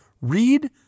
Read